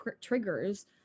triggers